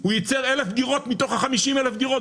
הוא ייצר 1,000 דירות מתוך ה-50,000 דירות,